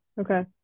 okay